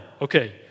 okay